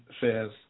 says